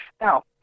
Now